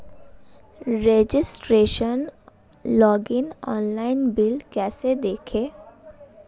Registration login online bill कैसे देखें?